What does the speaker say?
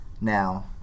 now